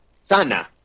Sana